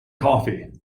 coffee